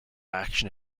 action